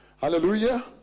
Hallelujah